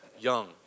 young